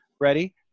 ready